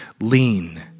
lean